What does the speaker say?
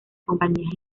compañías